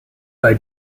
bei